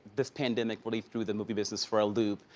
this pandemic really threw the movie business for a loop.